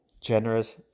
generous